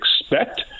expect